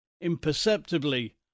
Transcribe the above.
imperceptibly